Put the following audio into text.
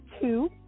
two